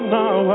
now